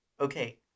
Okay